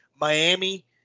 Miami –